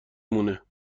مونه